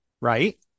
right